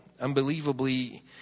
unbelievably